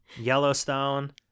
Yellowstone